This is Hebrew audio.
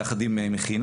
יחד עם מכינה,